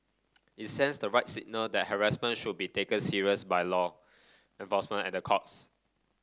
it sends the right signal that harassment should be taken serious by law enforcement at the courts